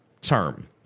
term